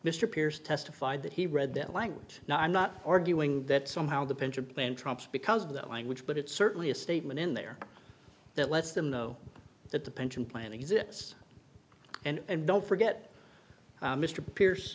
mr pearce testified that he read that language no i'm not arguing that somehow the pension plan trumps because of the language but it's certainly a statement in there that lets them know that the pension plan exists and don't forget mr pierce